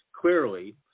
clearly